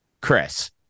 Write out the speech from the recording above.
Chris